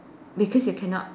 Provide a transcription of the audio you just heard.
because you cannot